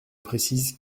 précise